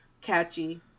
catchy